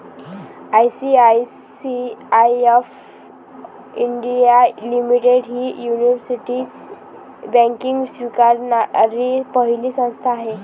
ICICI of India limited ही universal banking स्वीकारणारी पहिली संस्था आहे